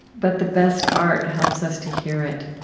but the best art helps us to hear it.